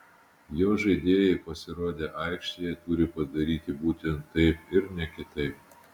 jo žaidėjai pasirodę aikštėje turi padaryti būtent taip ir ne kitaip